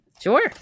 Sure